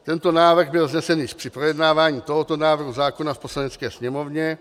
Tento návrh byl vznesen již při projednávání tohoto návrhu zákona v Poslanecké sněmovně.